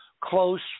close